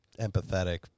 empathetic